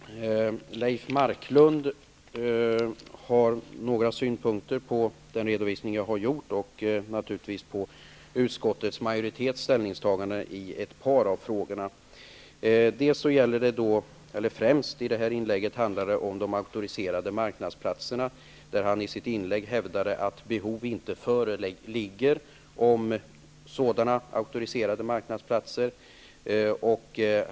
Fru talman! Leif Marklund har några synpunkter på den redovisning som jag lämnade och också på utskottsmajoritetens ställningstagande i ett par frågor, främst gällande de auktoriserade marknadsplatserna. Han hävdar att behov av sådana marknadsplatser inte föreligger.